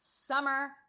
summer